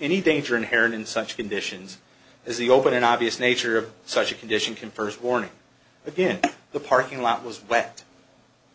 any danger inherent in such conditions as the open obvious nature of such a condition confers warning again the parking lot was wet